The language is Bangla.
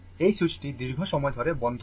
এই সুইচটি দীর্ঘ সময় ধরে বন্ধ থাকে